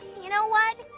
you know what?